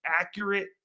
accurate